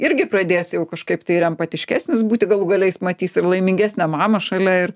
irgi pradės jau kažkaip tai ir empatiškesnis būti galų gale jis matys ir laimingesnę mamą šalia ir